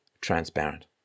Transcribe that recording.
transparent